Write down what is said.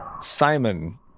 simon